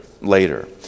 later